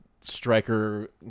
striker